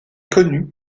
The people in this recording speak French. connu